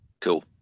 Cool